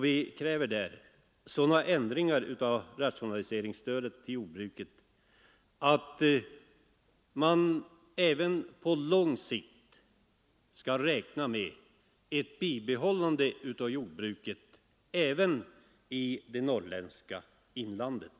vi kräver sådana ändringar av rationaliseringsstödet till jordbruket att man även på lång sikt skall räkna med ett bibehållande av jordbruket i det norrländska inlandet.